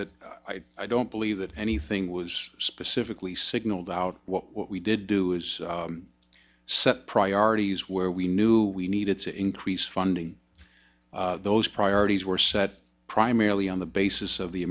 that i don't believe that anything was specifically signaled out what we did do is set priorities where we knew we needed to increase funding those priorities were set primarily on the basis of the